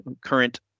current